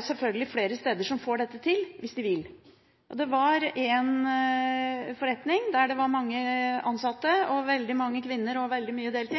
selvfølgelig flere steder som får dette til hvis de vil – om en forretning med mange ansatte, veldig mange kvinner og veldig